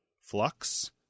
Flux